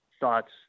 thoughts